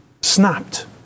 snapped